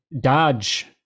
Dodge